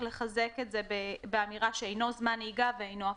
לחזק את זה באמירה שאינו זמן נהיגה ואינו הפסקה.